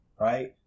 right